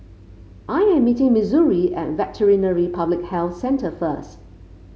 I am meeting Missouri at Veterinary Public Health Centre first